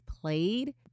played